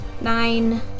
nine